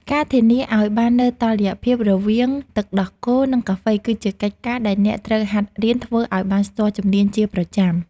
ការធានាឱ្យបាននូវតុល្យភាពរវាងទឹកដោះគោ និងកាហ្វេគឺជាកិច្ចការដែលអ្នកត្រូវហាត់រៀនធ្វើឱ្យបានស្ទាត់ជំនាញជាប្រចាំ។